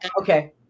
Okay